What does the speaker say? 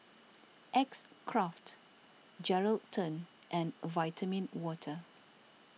X Craft Geraldton and Vitamin Water